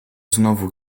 znowu